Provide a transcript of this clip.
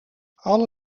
alle